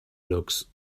looks